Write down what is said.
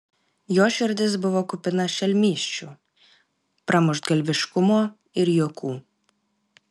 jo širdis buvo kupina šelmysčių pramuštgalviškumo ir juokų